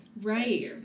Right